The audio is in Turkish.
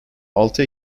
altı